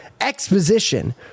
exposition